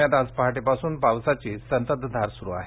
पुण्यात आज पहाटेपासून पावसाची संततधार सुरु आहे